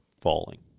falling